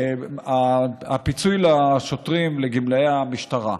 הפיצוי לשוטרים, לגמלאי המשטרה.